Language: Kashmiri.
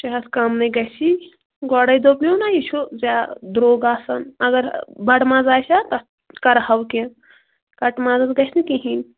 شیٚے ہَتھ کَم نہٕ گژھی گۄڈے دوٚپمو نا یہِ چھُ زیادٕ درٛوگ آسان اگر بڑٕ ماز آسہِ ہا تَتھ کرٕہو کیٚنٛہہ کٹہٕ مازَس گژھِ نہٕ کہیٖنۍ